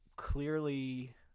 clearly